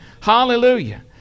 Hallelujah